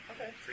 Okay